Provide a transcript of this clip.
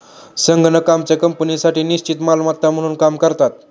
संगणक आमच्या कंपनीसाठी निश्चित मालमत्ता म्हणून काम करतात